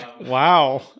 Wow